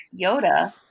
Yoda